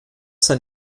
sein